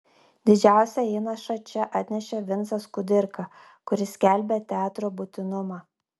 didžiausią įnašą čia atnešė vincas kudirka kuris skelbė teatro būtinumą